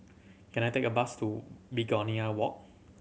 can I take a bus to Begonia Walk